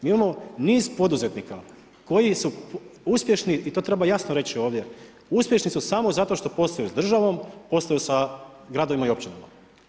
Mi imamo niz poduzetnika koji su uspješni i to treba jasno reći ovdje uspješni su samo zato što posluju s državom, posluju sa gradovima i općinama.